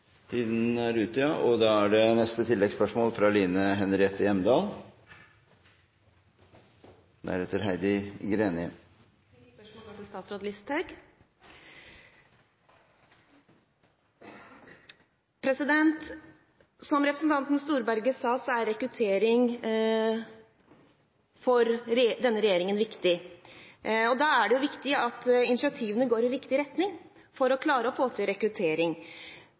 og ni måneders overgang. Line Henriette Hjemdal – til oppfølgingsspørsmål. Mitt spørsmål går til statsråd Listhaug. Som representanten Storberget sa, er rekruttering viktig for denne regjeringen. Da er det viktig at initiativene går i riktig retning for å klare å få til rekruttering.